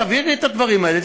תעבירי את הדברים האלה,